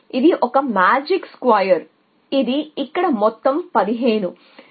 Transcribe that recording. లో ఇది ఒక మేజిక్ స్క్వేర్ ఇక్కడ ఇది మొత్తం 15